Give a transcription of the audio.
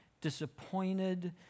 disappointed